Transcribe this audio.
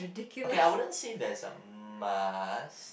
okay I wouldn't say there's a must